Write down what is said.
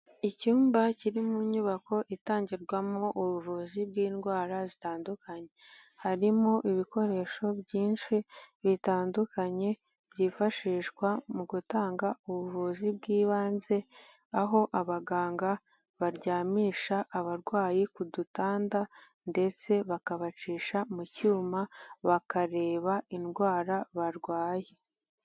Icyumba kiri mu nyubako itangirwamo ubuvuzi bw'indwara zitandukanye. Harimo ibikoresho byinshi bitandukanye byifashishwa mu gutanga ubuvuzi bw'ibanze, aho abaganga baryamisha abarwayi ku dutanda ndetse bakabacisha mu cyuma, bakareba indwara barwaye.